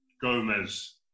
Gomez